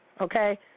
Okay